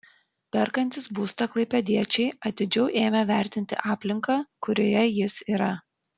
perkantys būstą klaipėdiečiai atidžiau ėmė vertinti aplinką kurioje jis yra